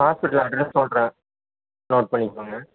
hospital address சொல்கிறேன் note பண்ணிக்கோங்க